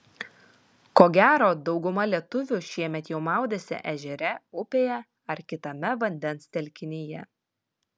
ko gero dauguma lietuvių šiemet jau maudėsi ežere upėje ar kitame vandens telkinyje